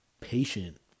patient